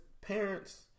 parents